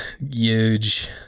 huge